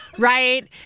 Right